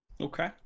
okay